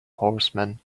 horsemen